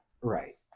Right